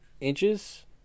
inches